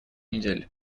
недель